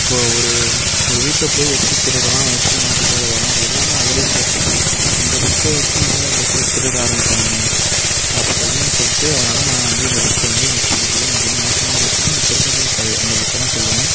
இப்போ ஒரு ஒரு வீட்டில் போய் எப்படி திருடுறான் அவன் எப்படி மாட்டிக்காத வரான் அது எல்லாமே அதுலேயே போட்டிருக்கு அந்த புக்கை வச்சு இன்னும் ரெண்டு பேர் திருட ஆரம்மிப்பாங்க அப்படின்னு சொல்லிட்டு அதனால் நான் வந்து இந்த புக்கை வந்து எனக்கு பிடிக்கல எனக்கு வந்து மோசமான புக்ன்னால் அந்த திருடர்கள் கதை அந்த புக்கை தான் நான் சொல்லுவேன்